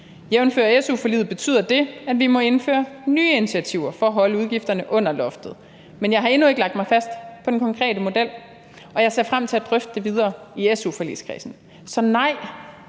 Jævnfør su-forliget betyder det, at vi må indføre nye initiativer for at holde udgifterne under loftet, men jeg har endnu ikke lagt mig fast på den konkrete model, og jeg ser frem til at drøfte det videre i su-forligskredsen. Så nej,